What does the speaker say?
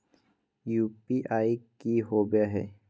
UPI की होवे है?